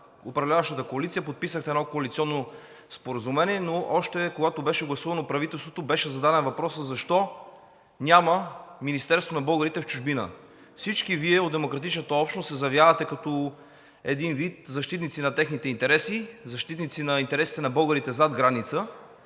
управляващата коалиция, подписахте едно коалиционно споразумение, но още когато беше гласувано правителството, беше зададен въпросът: защо няма Министерство на българите в чужбина? Всички Вие от демократичната общност се заявявате като един вид защитници на техните интереси, защитници на интересите на българите зад граница,